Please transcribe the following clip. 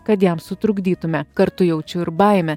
kad jam sutrukdytume kartu jaučiu ir baimę